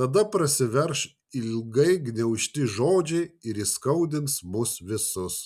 tada prasiverš ilgai gniaužti žodžiai ir įskaudins mus visus